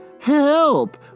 help